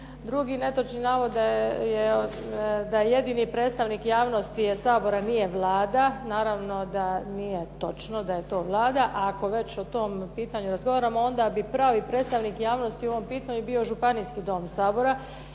Drugi netočni navod da je jedini predstavnik javnosti je Sabor, a nije Vlada. Naravno da nije točno da je to Vlada, a ako već o tom pitanju razgovaramo onda bi pravi predstavnik javnosti u ovom pitanju bio Županijski dom Sabora